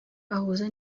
ahuza